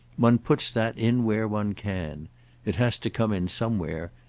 one puts that in where one can it has to come in somewhere,